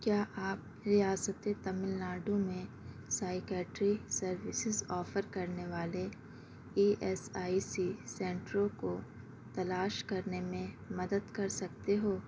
کیا آپ ریاست تامل ناڈومیں سائیکاٹری سروسز آفر کرنے والے ای ایس آئی سی سنٹروں کو تلاش کرنے میں مدد کر سکتے ہو